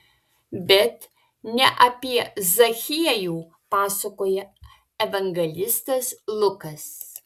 bet ne apie zachiejų pasakoja evangelistas lukas